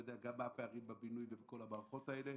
ואני יודע מה הפערים בבינוי ובכל המערכות האלה.